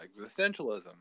existentialism